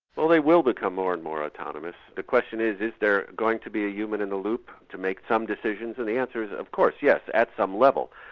well they will become more and more autonomous, the question is, is there going to be a human in the loop to make some decisions, and the answer is of course, yes, at some level.